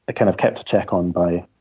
kind of kept a check on by